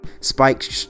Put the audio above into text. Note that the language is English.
spike